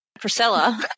Priscilla